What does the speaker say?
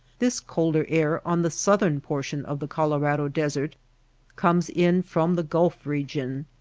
this colder air on the southern portion of the colo rado desert comes in from the gulf region.